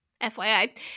FYI